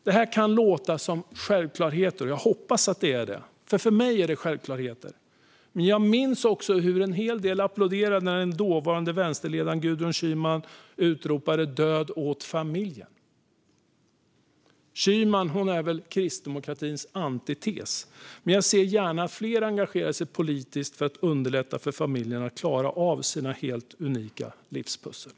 Det här kan låta som självklarheter, och jag hoppas att det är det. För mig är det självklarheter. Men jag minns också hur en hel del applåderade när den dåvarande vänsterledaren Gudrun Schyman utropade: Död åt familjen. Schyman är kristdemokratins antites, men jag ser gärna att fler engagerar sig politiskt för att underlätta för familjerna att klara av sina helt unika livspussel.